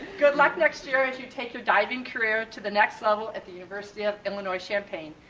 good luck next year as you take your diving career to the next level at the university of illinois champaign.